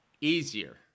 easier